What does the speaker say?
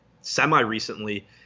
semi-recently